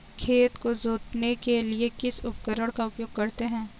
खेत को जोतने के लिए किस उपकरण का उपयोग करते हैं?